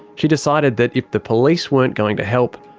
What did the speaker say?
she decided that if the police weren't going to help,